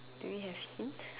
do we have hints